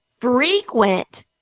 frequent